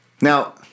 Now